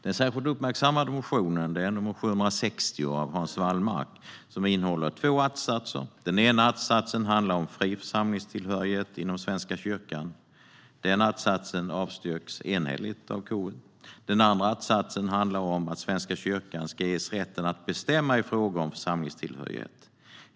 Den innehåller två att-satser. Den ena att-satsen handlar om fri församlingstillhörighet inom Svenska kyrkan. Denna att-sats avstyrks enhälligt av KU. Den andra att-satsen handlar om att Svenska kyrkan ska ges rätten att bestämma i frågor om församlingstillhörighet.